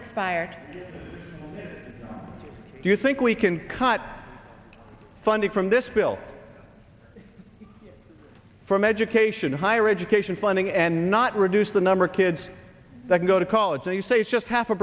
expire do you think we can cut funding from this bill from education higher education funding and not reduce the number of kids that go to college and you say just half a